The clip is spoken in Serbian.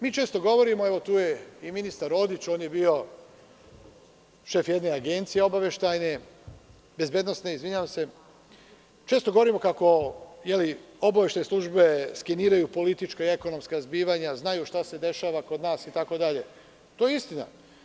Mi često govorimo, tu je i ministar Rodić, on je bio šef jedne obaveštajne agencije, bezbednosne, izvinjavam se, kako obaveštajne službe skeniraju politička, ekonomska zbivanja, znaju šta se dešava kod nas itd. to je istina.